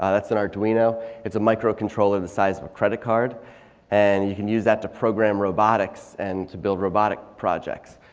ah that's an arduino it's a micro controller the size of a credit card and you can use that to program robotics and to build robotic projects.